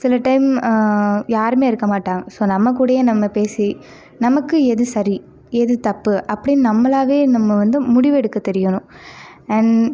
சில டைம் யாருமே இருக்கற மாட்டாங்க ஸோ நம்ம கூடவே நம்ம பேசி நமக்கு எது சரி எது தப்பு அப்படின்னு நம்மலாகவே நம்ம வந்து முடிவெடுக்க தெரியும் அண்ட்